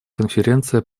конференция